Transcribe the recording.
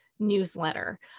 newsletter